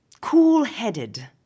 cool-headed